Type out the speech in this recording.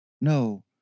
No